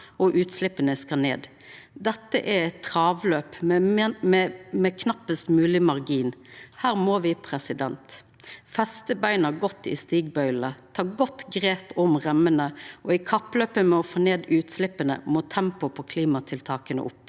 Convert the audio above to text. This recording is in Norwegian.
og utsleppa skal ned. Dette er eit travløp med knappast mogleg margin. Her må me festa beina godt i stigbøylane og ta godt grep om reimene, og i kappløpet om å få ned utsleppa må tempoet på klimatiltaka opp.